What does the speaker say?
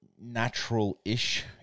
natural-ish